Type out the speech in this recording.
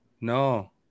No